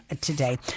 today